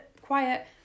quiet